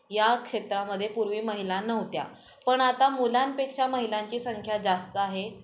या क्षेत्रामध्ये पूर्वी महिला नव्हत्या पण आता मुलांपेक्षा महिलांची संख्या जास्त आहे